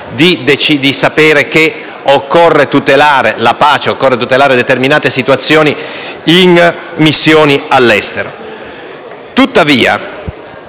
di sapere che occorre tutelare la pace e determinate situazioni in missioni all'estero.